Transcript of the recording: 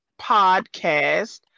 Podcast